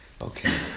Okay